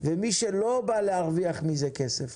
ומי שלא בא להרוויח מזה כסף,